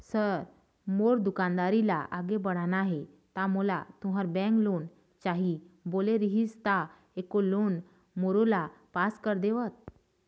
Sir मोर दुकानदारी ला आगे बढ़ाना हे ता मोला तुंहर बैंक लोन चाही बोले रीहिस ता एको लोन मोरोला पास कर देतव?